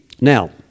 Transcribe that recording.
Now